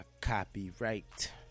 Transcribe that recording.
copyright